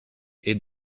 est